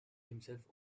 himself